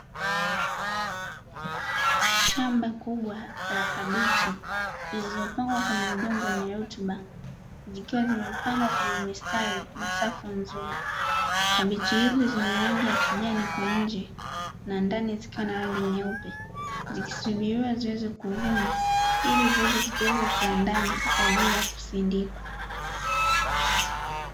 Shamba kubwa la kabichi zilozopandwa kwenye udongo wenye rutuba, zikiwa zimepangwa kwenye mistari na safu nzuri. Kabichi hizo zenye rangi ya kijani kwa nje na ndani zikiwa na rangi nyeupe, zikisubiriwa ziweze kuvunwa ili ziweze kupelekwa kiwandani kwa ajili ya kusindikwa.